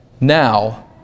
now